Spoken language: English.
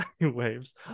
waves